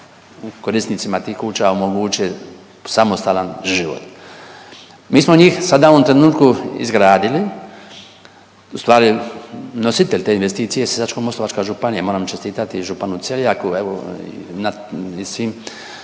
korisnicima tih kuća omoguće samostalan život. Mi smo njih sada u ovom trenutku izgradili, ustvari nositelj te investicije je Sisačko-moslavačka županija. Moram čestitati županu Cerjaku evo i svim